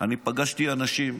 אני פגשתי אנשים.